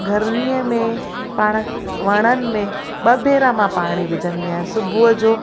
गर्मीअ में पाण वणन में ॿ भेरा मां पाणी विझंदी आहियां सुबुह जो